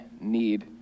need